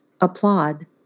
applaud